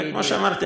וכמו שאמרתי,